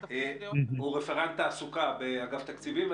רפרנט תעסוקה באגף תקציבים.